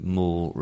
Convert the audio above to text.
more